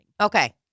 Okay